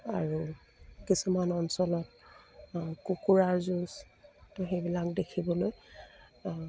আৰু কিছুমান অঞ্চলত কুকুৰাৰ যুঁজ তো সেইবিলাক দেখিবলৈ